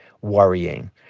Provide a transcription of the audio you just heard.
worrying